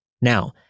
Now